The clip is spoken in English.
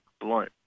blunt